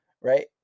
right